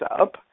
up